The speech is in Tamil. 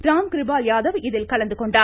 ராம் கிருபால் யாதவ் இதில் கலந்துகொண்டார்